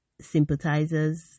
sympathizers